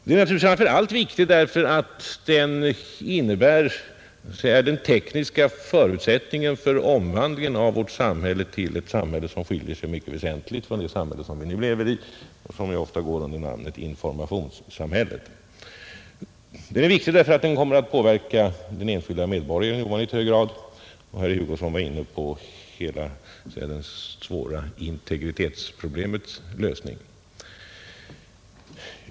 Den är framför allt viktig för att den innebär den tekniska förutsättningen för omvandlingen av vårt samhälle till ett samhälle som skiljer sig mycket väsentligt från det vi nu lever i och som behoven på datateknikens område ofta går under namnet informationssamhället. Den är viktig också för att den kommer att påverka den enskilde medborgaren i ovanligt hög grad. Herr Hugosson var ju inne på hela det svåra integritetsproblemet.